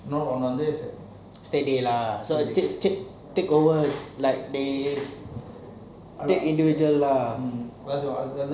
ஒன்னு வந்து செயிரிங்களா:onnu vanthu seiringala so take take over like they individual eh வருவோம்:varuvom